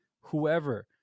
Whoever